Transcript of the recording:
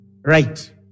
right